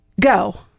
Go